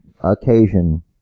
occasion